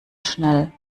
schnell